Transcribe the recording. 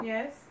Yes